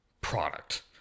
product